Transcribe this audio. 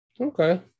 Okay